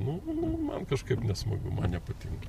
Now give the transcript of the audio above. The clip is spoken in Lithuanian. nu man kažkaip nesmagu man nepatinka